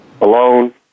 alone